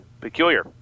peculiar